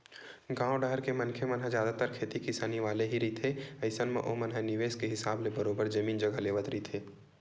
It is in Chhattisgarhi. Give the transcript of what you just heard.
गाँव डाहर के मनखे मन ह जादतर खेती किसानी वाले ही रहिथे अइसन म ओमन ह निवेस के हिसाब ले बरोबर जमीन जघा लेवत रहिथे